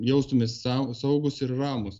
jaustumėmės sa saugūs ir ramūs